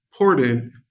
important